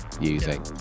using